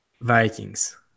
vikings